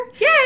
Yay